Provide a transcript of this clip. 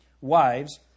Wives